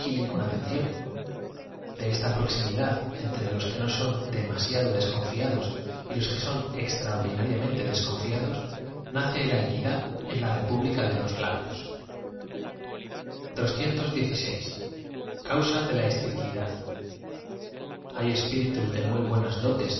con atención d e esta prozimldad entre los que no son demasiado deeconfla dos y los que son extraordinariam ente desconfía dos nace la equidad en la república de los labios ausa de la esterüídad h ay espíritus de muy buenas dotes